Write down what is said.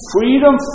Freedom